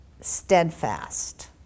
steadfast